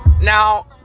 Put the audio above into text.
Now